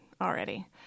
already